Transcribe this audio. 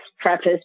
preface